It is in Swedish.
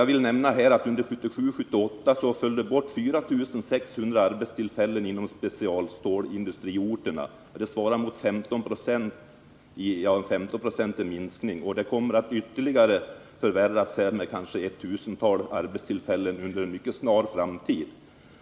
Jag vill nämna att under 1977 och 1978 föll det bort 4 600 arbetstillfällen på specialstålsindustriorterna. Det innebär en 15-procentig minskning, och situationen kommer att ytterligare förvärras när kanske ett tusental arbetstillfällen försvinner under en mycket snar framtid.